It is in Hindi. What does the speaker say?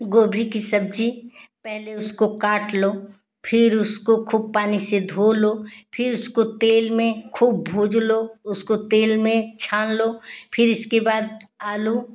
गोभी की सब्जी पहले उसको काट लो फिर उसको खूब पानी से धो लो फिर उसको तेल में खूब भुज लो उसको तेल में छान लो फिर इसके बाद आलू